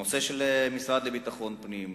הנושא של המשרד לביטחון פנים,